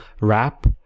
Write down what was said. wrap